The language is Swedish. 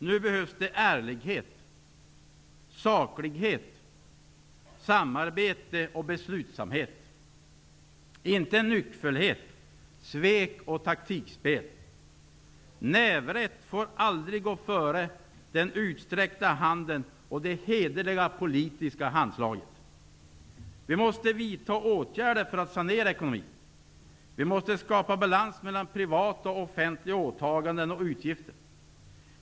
Nu behövs det ärlighet, saklighet, samarbete och beslutsamhet -- inte nyckfullhet, svek och taktikspel. Nävrätt får aldrig gå före den utsträckta handen och det hederliga politiska handslaget. Vi måste vidta åtgärder för att sanera ekonomin. Vi måste skapa balans mellan privata och offentliga åtaganden och utgifter.